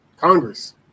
Congress